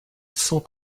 cent